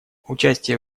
участие